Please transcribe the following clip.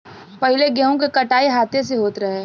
पहिले गेंहू के कटाई हाथे से होत रहे